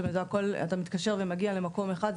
שאתה מתקשר ומגיע למקום אחד,